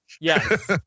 Yes